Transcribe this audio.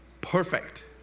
perfect